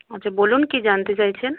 আচ্ছা বলুন কি জানতে চাইছেন